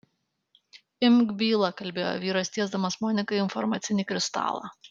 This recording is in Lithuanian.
imk bylą kalbėjo vyras tiesdamas monikai informacinį kristalą